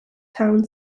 town